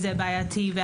זה בעייתי.